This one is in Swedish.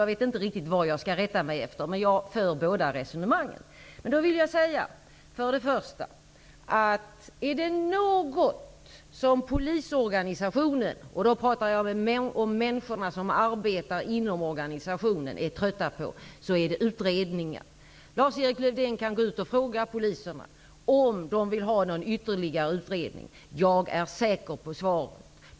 Jag vet inte riktigt vad jag skall rätta mig efter, men jag för båda resonemangen. Är det något som de människor som arbetar inom polisorganisationen är trötta på, så är det utredningar. Lars-Erik Lövdén kan gå ut och fråga poliserna om de vill ha någon ytterligare utredning. Jag är säker på svaret.